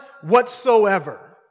whatsoever